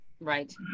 Right